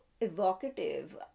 evocative